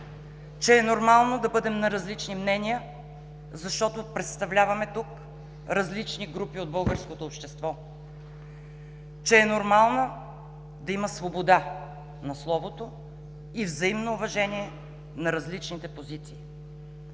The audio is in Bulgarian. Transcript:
че е нормално да бъдем на различни мнения, защото представляваме тук различни групи от българското общество, че е нормално да има свобода на словото и взаимно уважение на различните позиции.